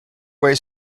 way